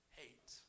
hate